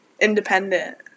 Independent